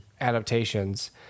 adaptations